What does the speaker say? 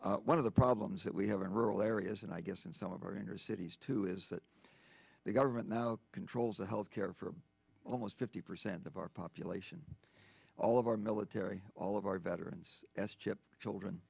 system one of the problems that we have in rural areas and i guess in some of our inner cities too is that the government now controls the health care for almost fifty percent of our population all of our military all of our veterans s chip children